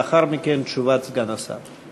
לאחר מכן, תשובת סגן השר.